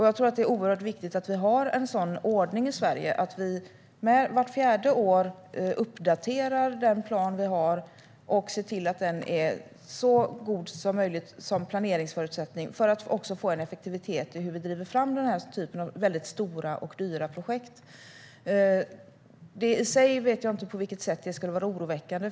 Jag tror att det är oerhört viktigt att vi har en sådan ordning i Sverige att vi vart fjärde år uppdaterar den plan vi har och ser till att den är så god som möjligt som planeringsförutsättning för att också få en effektivitet i hur vi driver fram den här typen av stora och dyra projekt. Jag vet inte på vilket sätt det i sig skulle vara oroväckande.